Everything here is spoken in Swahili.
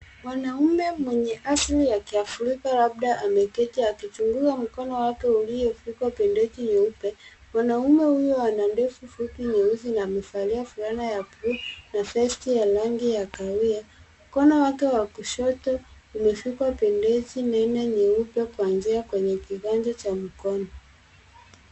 Mwanaume mwenye asili ya kiafrika labda ameketi akichunguza mkono wake uliofikwa bandeji nyeupe. Mwanaume huyu ana ndefu fupi nyeusi , na amevalia fulana ya blue na vesti ya rangi ya kahawia. Mkono wake wa kushoto umefikwa bandeje nene nyeupe, kuanzia kwenye kiganja cha mkono.